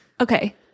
okay